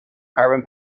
carbon